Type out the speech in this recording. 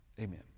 Amen